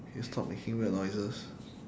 can you stop making weird noises